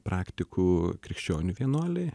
praktikų krikščionių vienuoliai